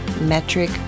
Metric